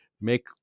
make